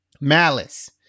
Malice